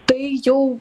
tai jau